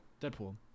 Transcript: Deadpool